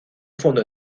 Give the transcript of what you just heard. fondo